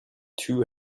two